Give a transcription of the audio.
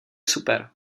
super